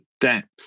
depth